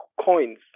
coins